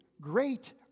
great